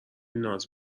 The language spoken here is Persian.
ناز